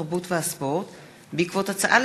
התרבות והספורט בעקבות דיון בהצעה